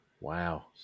wow